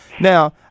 Now